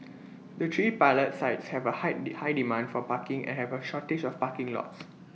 the three pilot sites have A high high demand for parking and have A shortage of parking lots